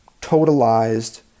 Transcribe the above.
totalized